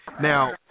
Now